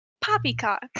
Poppycock